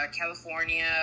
California